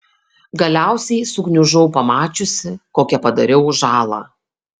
galiausiai sugniužau pamačiusi kokią padariau žalą